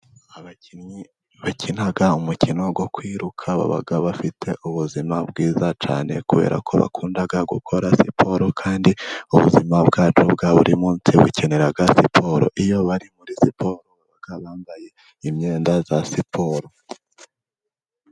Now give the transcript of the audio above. Abakinnyi bakina umukino wo kwiruka baba bafite ubuzima bwiza cyane, kubera ko bakunda gukora siporo, kandi ubuzima bwacu bwa buri munsi bukenera siporo. Iyo bari muri siporo baba bambaye imyenda ya siporo.